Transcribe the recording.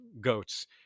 goats